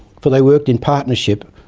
for they worked in partnership,